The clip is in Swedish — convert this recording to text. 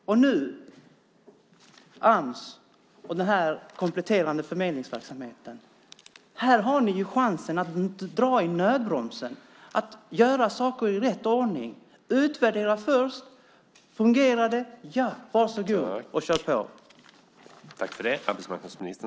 När det gäller detta med Ams och den kompletterande förmedlingsverksamheten har ni chansen att dra i nödbromsen och göra saker i rätt ordning. Utvärdera först! Fungerar det, ja, varsågod och kör på då! God jul, herr arbetsmarknadsminister!